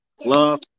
Love